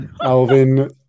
Alvin